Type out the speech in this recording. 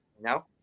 No